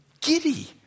giddy